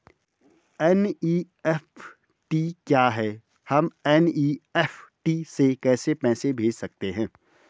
NEFT क्या है हम एन.ई.एफ.टी से कैसे पैसे भेज सकते हैं?